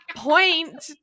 point